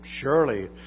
surely